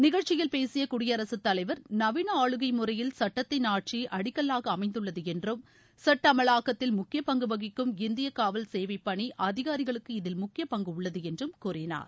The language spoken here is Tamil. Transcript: நிகழ்ச்சியில் பேசிய குடியரசு தலைவர் நவீன ஆளுகை முறையில் சட்டத்தின் ஆட்சிஅடிக்கல்லாக அமைந்துள்ளது என்றும் சட்ட அமலாக்கத்தில் முக்கிய பங்கு வகிக்கும் இந்திய காவல் சேவை பணி அதிகாரிகளுக்கு இதில் முக்கிய பங்கு உள்ளது என்று கூறினார்